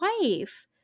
wife